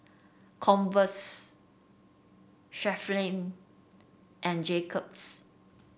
Converse Chevrolet and Jacob's